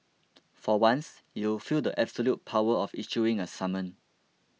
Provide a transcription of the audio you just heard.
for once you'll feel the absolute power of issuing a summon